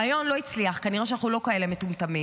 הרעיון לא הצליח, כנראה שאנחנו לא כאלה מטומטמים,